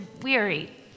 weary